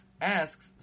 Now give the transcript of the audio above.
asks